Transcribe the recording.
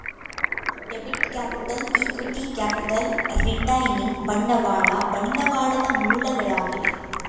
debit capital, equity capital, retaining ಬಂಡವಾಳ ಬಂಡವಾಳದ ಮೂಲಗಳಾಗಿವೆ